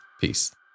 Peace